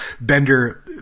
Bender